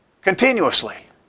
continuously